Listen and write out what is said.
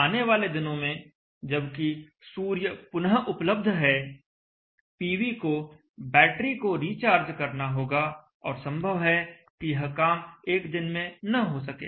आने वाले दिनों में जबकि सूर्य पुनः उपलब्ध है पीवी को बैटरी को रिचार्ज करना होगा और संभव है कि यह काम एक दिन में न हो सके